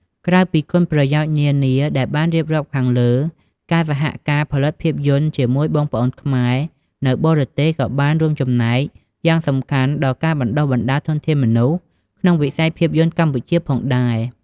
ក្រៅពីគុណប្រយោជន៍នានាដែលបានរៀបរាប់ខាងលើ ការសហការផលិតភាពយន្តជាមួយបងប្អូនខ្មែរនៅបរទេសក៏បានរួមចំណែកយ៉ាងសំខាន់ដល់ ការបណ្តុះបណ្តាលធនធានមនុស្ស ក្នុងវិស័យភាពយន្តកម្ពុជាផងដែរ។